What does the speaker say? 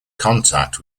contact